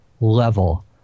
level